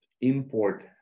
import